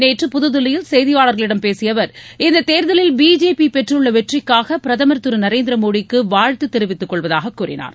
நேற்று புதுதில்லியில் செய்தியாளர்களிடம் பேசிய அவர் இந்த தேர்தலில் பிஜேபி பெற்றுள்ள வெற்றிக்காக பிரதம் திரு நரேந்திர மோடிக்கு வாழ்த்து தெரிவித்துக்கொள்வதாகவும் கூறினார்